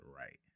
right